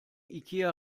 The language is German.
ikea